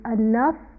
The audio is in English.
enough